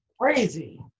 Crazy